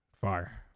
Fire